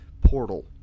portal